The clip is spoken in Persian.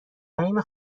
فهیمه